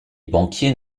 banquiers